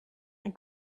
and